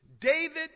David